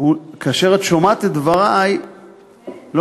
כאשר את שומעת את דברי מהאמצע.